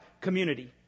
community